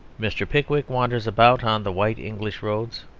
mr. pickwick wanders about on the white english roads,